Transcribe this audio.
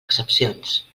excepcions